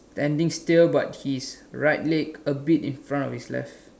standing still but his right leg a bit in front of his left